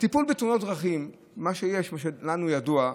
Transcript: הטיפול בתאונות הדרכים, מה שלנו ידוע,